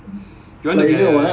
几号 October 几 ah